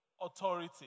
authority